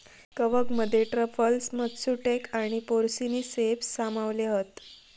कवकमध्ये truffles, matsutake आणि porcini ceps सामावले हत